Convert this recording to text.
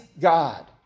God